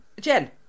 Jen